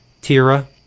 tira